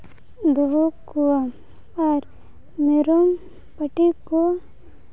ᱫᱩᱲᱩᱵ ᱠᱚᱣᱟ ᱟᱨ ᱢᱮᱨᱚᱢ ᱵᱷᱤᱰᱤ ᱠᱚ